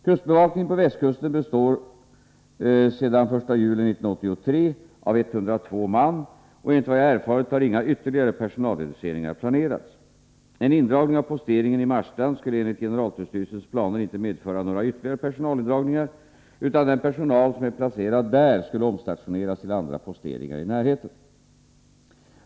Kustbevakningen på västkusten består sedan den 1 juli 1983 av 102 man, och enligt vad jag erfarit har inga ytterligare personalreduceringar planerats. En indragning av posteringen i Marstrand skulle enligt generaltullstyrelsens planer inte medföra några ytterligare personalindragningar, utan den personal som är placerad där skulle omstationeras till andra posteringar i närheten.